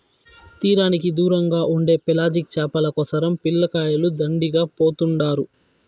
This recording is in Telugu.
తీరానికి దూరంగా ఉండే పెలాజిక్ చేపల కోసరం పిల్లకాయలు దండిగా పోతుండారు